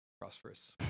Prosperous